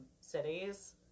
cities